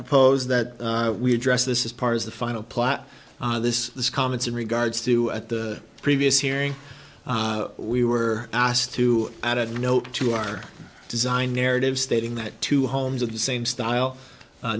propose that we address this is part of the final plot this is comments in regards to at the previous hearing we were asked to add a note to our design narrative stating that two homes of the same style